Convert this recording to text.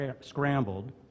scrambled